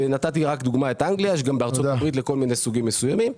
ונתתי את אנגליה כדוגמה אבל גם בארצות הברית יש לכל מיני סוגים מסוימים.